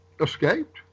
escaped